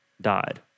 died